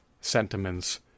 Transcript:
sentiments